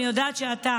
אני יודעת שאתה